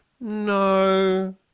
no